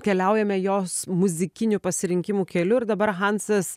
keliaujame jos muzikinių pasirinkimų keliu ir dabar hansas